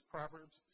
Proverbs